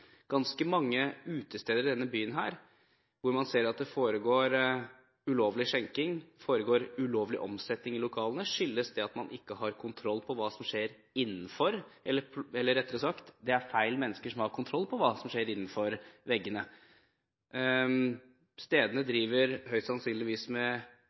ganske mange utesteder her i byen ser man at det foregår ulovlig skjenking og ulovlig omsetning i lokalene, og dette skyldes at man ikke har kontroll – eller rettere sagt, det er feil mennesker som har kontroll – på hva som skjer innenfor veggene. Stedene driver høyst sannsynlig med